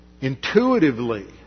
intuitively